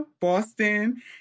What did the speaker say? Boston